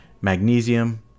magnesium